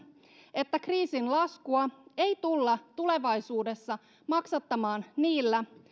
että kriisin laskua ei tulla tulevaisuudessa maksattamaan niillä